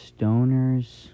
Stoners